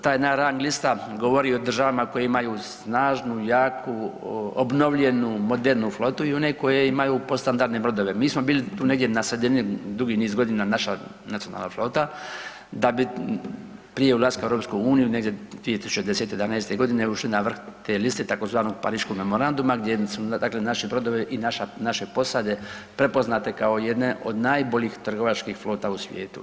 Ta jedna rang lista govori o državama koje imaju snažnu, jaku, obnovljenu, modernu flotu i one koje imaju podstandardne brodove, mi smo bili tu negdje na sredini dugi niz godina, naša nacionalna flota da bi prije ulaska u EU negdje 2010., '11. godine ušli na vrh te liste tzv. Pariškog memoranduma gdje su onda dakle naši brodovi i naše posade prepoznate kao jedne od najboljih trgovačkih flota u svijetu.